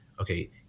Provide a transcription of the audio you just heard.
Okay